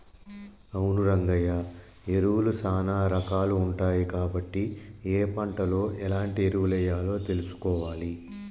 అవును రంగయ్య ఎరువులు సానా రాకాలు ఉంటాయి కాబట్టి ఏ పంటలో ఎలాంటి ఎరువులెయ్యాలో తెలుసుకోవాలి